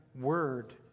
word